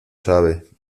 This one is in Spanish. sabe